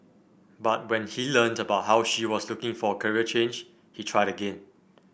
but when he learnt about how she was looking for a career change he tried again